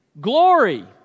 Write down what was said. glory